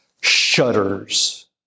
shudders